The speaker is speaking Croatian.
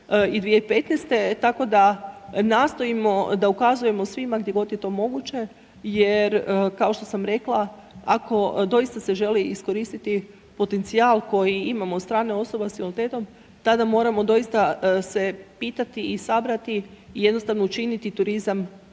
i 2015, tako da nastojimo da ukazujemo svima gdje god je to moguće jer kao što sam rekla, ako doista se želi iskoristiti potencijal koji imamo od strane osoba s invaliditetom, tada moramo doista se pitati i sabrati i jednostavno učiniti turizam